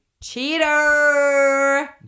Cheater